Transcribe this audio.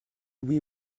oui